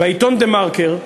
בעיתון "דה-מרקר"